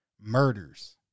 murders